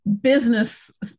business